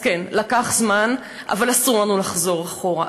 אז כן, לקח זמן, אבל אסור לנו לחזור אחורה.